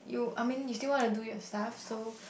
you I mean you still want to do your stuff so